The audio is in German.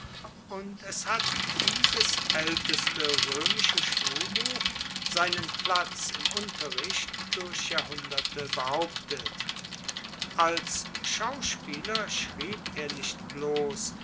und es hat dieses aelteste roemische schulbuch seinen platz im unterricht durch jahrhunderte behauptet als schauspieler schrieb er nicht bloss